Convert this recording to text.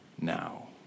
now